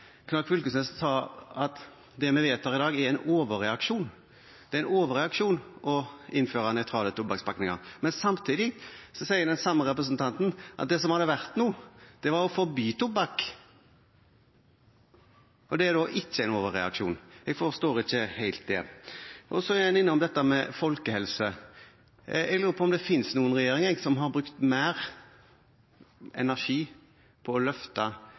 Knag Fylkenes sa at det vi vedtar i dag, er en overreaksjon – det er en overreaksjon å innføre nøytrale tobakkspakninger. Men samtidig sier den samme representanten at det som hadde vært noe, var å forby tobakk – og det er da ikke en overreaksjon. Jeg forstår ikke helt det. Så er han innom dette med folkehelse. Jeg lurer på om det finnes noen regjering som har brukt mer energi på å løfte